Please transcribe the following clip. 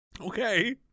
Okay